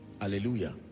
Hallelujah